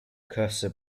cursor